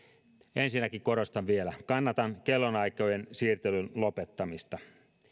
ensinnäkin korostan vielä kannatan kellonaikojen siirtelyn lopettamista